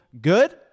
good